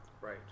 Right